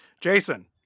Jason